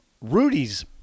Rudy's